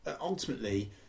ultimately